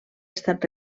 estat